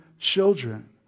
children